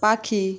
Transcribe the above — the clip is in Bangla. পাখি